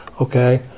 okay